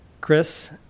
Chris